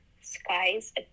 skies